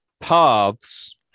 paths